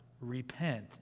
Repent